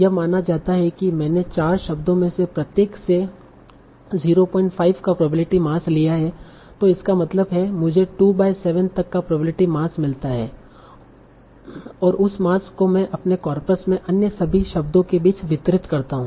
यह माना जाता है कि मैंने चार शब्दों में से प्रत्येक से 05 का प्रोबेबिलिटी मास लिया है तो इसका मतलब है मुझे 2 बाय 7 तक का प्रोबेबिलिटी मास मिलता है और उस मास को मैं अपने कार्पस में अन्य सभी शब्दों के बीच वितरित करता हूं